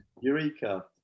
Eureka